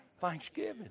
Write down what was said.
Thanksgiving